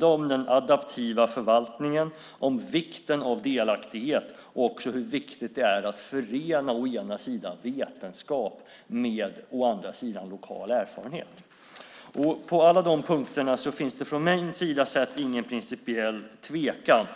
om den adaptiva förvaltningen, om vikten av delaktighet och också när det gäller hur viktigt det är att förena å ena sidan vetenskap med å andra sidan lokal erfarenhet. På alla de punkterna finns det från min sida ingen principiell tvekan.